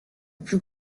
plus